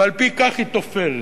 ועל-פי כך היא תופרת.